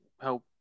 help